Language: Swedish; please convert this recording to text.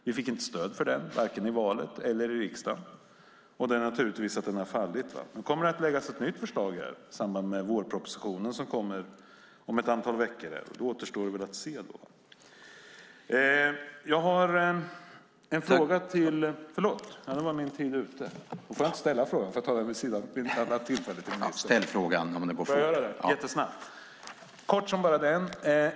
Vi fick inte stöd för den vare sig i valet eller i riksdagen, och den har naturligtvis fallit. Nu kommer det att läggas fram ett nytt förslag i samband med vårpropositionen om ett antal veckor, och det återstår att se hur det blir. Jag har en fråga till ministern.